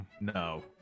No